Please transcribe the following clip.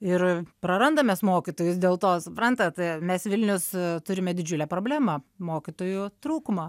ir prarandam mes mokytojus dėl to suprantat mes vilnius turime didžiulę problemą mokytojų trūkumą